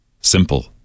Simple